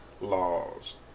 laws